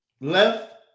left